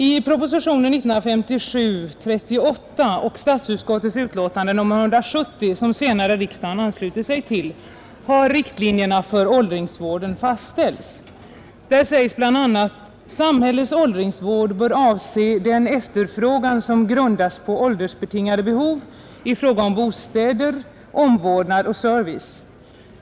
I propositionen 38 år 1957 och statsutskottets utlåtande nr 170, som riksdagen senare anslutit sig till, har riktlinjerna för åldringsvården fastställts. Där sägs bl. a: ”Samhällets åldringsvård bör avse den efterfrågan, som grundas på åldersbetingade behov i fråga om bostäder, omvårdnad och service.